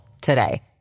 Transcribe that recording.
today